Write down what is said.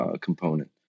component